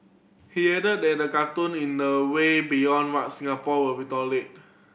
he added that the cartoon in the way beyond what Singapore will doled